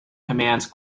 commands